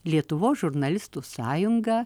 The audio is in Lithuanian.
lietuvos žurnalistų sąjunga